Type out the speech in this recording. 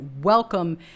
welcome